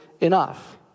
enough